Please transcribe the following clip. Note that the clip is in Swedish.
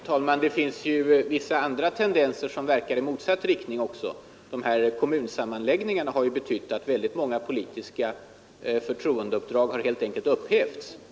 Herr talman! Det finns också vissa tendenser som verkar i motsatt riktning. Kommunsammanläggningarna har ju betytt att väldigt många politiska förtroendeuppdrag helt enkelt har upphävts.